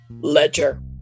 ledger